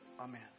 Amen